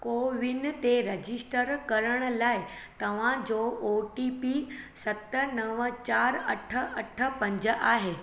CoWIN ते register करण लाइ तव्हां जो ओ टी पी सत नव चार अठ अठ पंज आहे